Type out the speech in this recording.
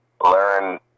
learn